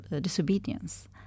disobedience